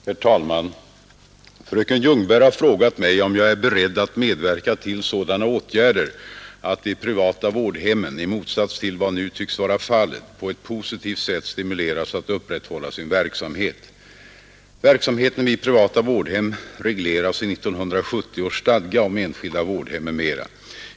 Herr talman! Fröken Ljungberg har frågat mig om jag är beredd att medverka till sådana åtgärder att de privata vårdhemmen, i motsats till vad nu tycks vara fallet, på ett positivt sätt stimuleras att upprätthålla sin verksamhet. Verksamheten vid privata vårdhem regleras i 1970 års stadga om enskilda vårdhem m.m.